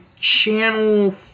Channel